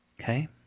Okay